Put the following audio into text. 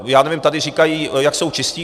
já nevím, tady říkají, jak jsou čistí.